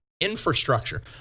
Infrastructure